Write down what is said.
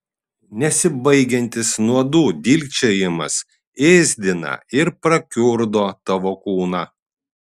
nesibaigiantis nuodų dilgčiojimas ėsdina ir prakiurdo tavo kūną